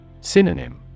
Synonym